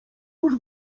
już